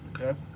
Okay